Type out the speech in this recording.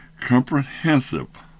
comprehensive